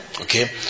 Okay